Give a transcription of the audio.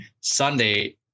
Sunday